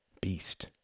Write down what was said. beast